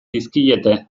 dizkiete